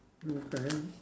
okay